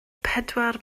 pedwar